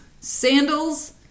sandals